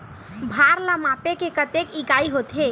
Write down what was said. भार ला मापे के कतेक इकाई होथे?